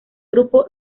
grupo